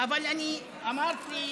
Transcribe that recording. אבל אני אמרתי לו: